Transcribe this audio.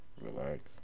relax